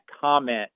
comment